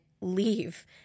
leave